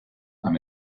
amb